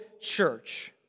church